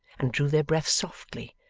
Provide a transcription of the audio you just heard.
and drew their breath softly,